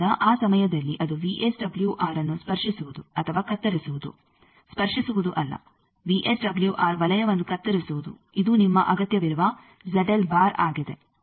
ಆದ್ದರಿಂದ ಆ ಸಮಯದಲ್ಲಿ ಅದು ವಿಎಸ್ಡಬಲ್ಯುಆರ್ಅನ್ನು ಸ್ಪರ್ಶಿಸುವುದು ಅಥವಾ ಕತ್ತರಿಸುವುದು ಸ್ಪರ್ಶಿಸುವುದು ಅಲ್ಲ ವಿಎಸ್ಡಬಲ್ಯುಆರ್ ವಲಯವನ್ನು ಕತ್ತರಿಸುವುದು ಇದು ನಿಮ್ಮ ಅಗತ್ಯವಿರುವ ಆಗಿದೆ